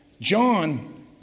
John